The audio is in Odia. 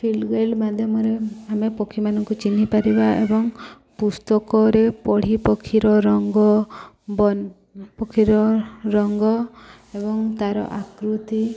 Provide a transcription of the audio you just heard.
ଫିଲ୍ଡ ଗାଇଡ଼୍ ମାଧ୍ୟମରେ ଆମେ ପକ୍ଷୀମାନଙ୍କୁ ଚିହ୍ନି ପାରିବା ଏବଂ ପୁସ୍ତକରେ ପଢ଼ି ପକ୍ଷୀର ରଙ୍ଗ ବନ୍ ପକ୍ଷୀର ରଙ୍ଗ ଏବଂ ତା'ର ଆକୃତି